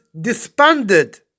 disbanded